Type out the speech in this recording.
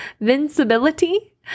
invincibility